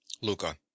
Luca